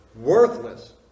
Worthless